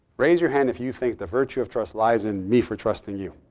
raise your hand if you think the virtue of trust lies in me for trusting you.